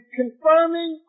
confirming